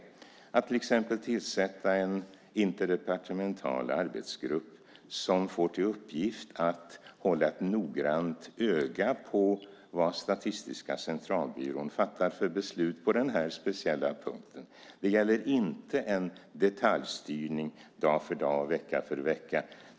Man kan till exempel tillsätta en interdepartemental arbetsgrupp som får till uppgift att hålla ett noggrant öga på vad Statistiska centralbyrån fattar för beslut på den här speciella punkten. Det gäller inte en detaljstyrning dag för dag, vecka för vecka.